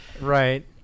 right